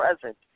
present